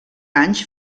anys